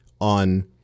on